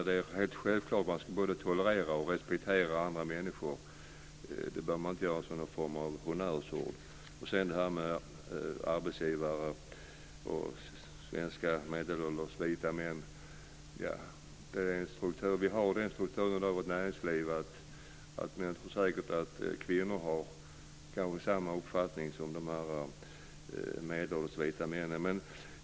Det är självklart att man ska både tolerera och respektera andra människor. Det behöver inte bli någon form av honnörsord. Sedan var det frågan om arbetsgivare och svenska medelålders vita män. Det är den struktur vi har i näringslivet. Men jag tror säkert att kvinnor kanske har samma uppfattning som de medelålders vita männen.